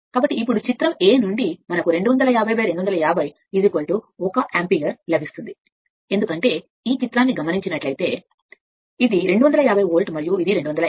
కాబట్టి ఇప్పుడు చిత్రం a నుండి కాబట్టి వాస్తవానికి చిత్రం a నుండి మనకు 51 యాంపియర్ ∅ 1 250 లభిస్తుంది ఎందుకంటే ఈ బొమ్మను చూస్తే ఇది 250 వోల్ట్ మరియు ఇది 250